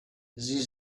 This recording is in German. sie